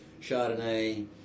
Chardonnay